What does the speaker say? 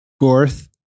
Gorth